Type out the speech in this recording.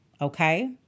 Okay